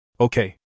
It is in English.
Okay